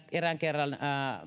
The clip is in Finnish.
erään kerran